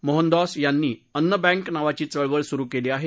मोहनदॅस यांनी अन्नबँक नावाची चळवळ सुरु केली आहे